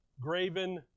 graven